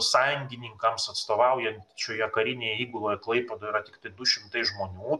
sąjungininkams atstovaujančioje karinėje įguloje klaipėdoj yra tiktai du šimtai žmonių